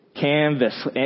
canvas